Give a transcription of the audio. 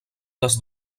des